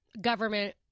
government